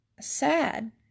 sad